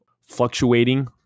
fluctuating